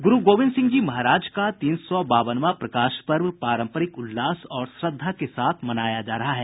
गुरु गोविंद सिंह जी महाराज का तीन सौ बावनवां प्रकाश पर्व पारंपरिक उल्लास और श्रद्धा के साथ मनाया जा रहा है